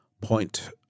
point